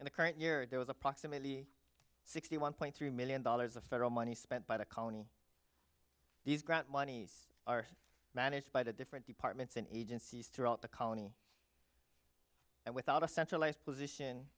in the current year there was approximately sixty one point three million dollars of federal money spent by the colony these grant monies are managed by the different departments and agencies throughout the colony and without a centralized position